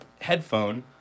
headphone